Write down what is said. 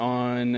on